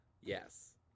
Yes